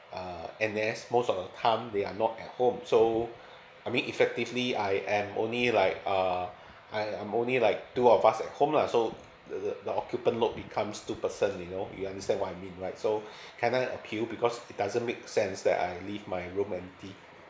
uh N_S most of the time they are not at home so I mean effectively I I'm only like err I am only like uh I am only like two of us at home lah so the the occupant lot becomes two person you know you understand what I mean like so can I appeal because it doesn't make sense that I leave my room empty